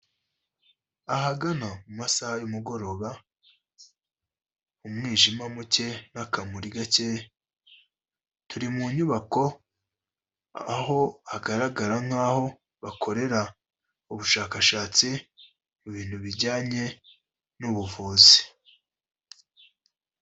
Ahagana mu masaha y'umugoroba, umwijima muke n'akamuri gake, turi mu nyubako aho hagaragara nk'aho bakorera ubushakashatsi, ku bintu bijyanye n'ubuvuzi.